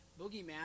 boogeyman